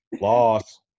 loss